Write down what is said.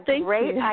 great